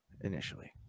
Initially